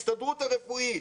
ההסתדרות הרפואית,